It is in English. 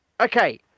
okay